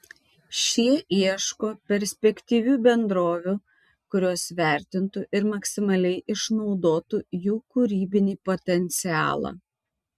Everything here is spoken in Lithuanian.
šie ieško perspektyvių bendrovių kurios vertintų ir maksimaliai išnaudotų jų kūrybinį potencialą